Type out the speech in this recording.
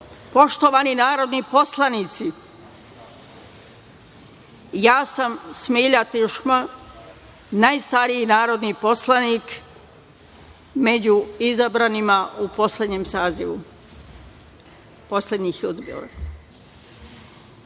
poštovani narodni poslanici, ja sam Smilja Tišma, najstariji narodni poslanik među izabranima u poslednjem sazivu. Smatrala